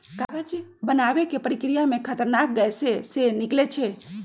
कागज बनाबे के प्रक्रिया में खतरनाक गैसें से निकलै छै